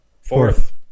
Fourth